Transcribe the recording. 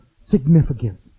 significance